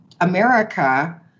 america